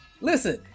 Listen